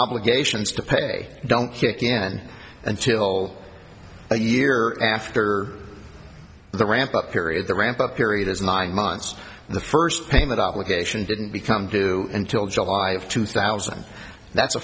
obligations to pay don't kick in until a year after the ramp up period the ramp up period is nine months the first payment obligation didn't become due until july of two thousand that's a